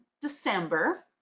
December